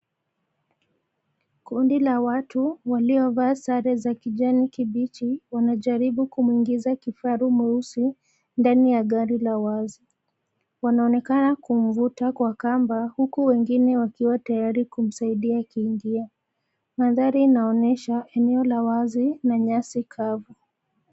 Kundi la watu, waliovaa sare za kijani kibichi, wanajaribu kumuingiza kifaru mweusi, ndani ya gari la wazi. Wanaonekana kumvuta kwa kamba huku wengine wakiwa tayari kumsaidia akiingia. Mandhari inaonyesha, eneo la wazi na nyasi kavu.